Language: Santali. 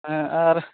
ᱦᱮᱸ ᱟᱨ